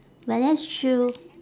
but that's true